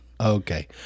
okay